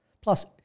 Plus